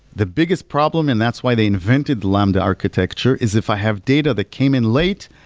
the biggest problem and that's why they invented lambda architecture is if i have data that came in late,